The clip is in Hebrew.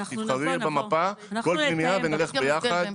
תבחרי במפה כל פנימייה ונלך ביחד,